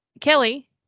Kelly